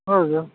ಹೌದು